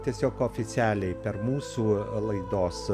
tiesiog oficialiai per mūsų laidos